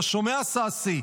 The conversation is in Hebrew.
אתה שומע, ששי?